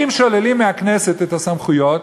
אם שוללים מהכנסת את הסמכויות,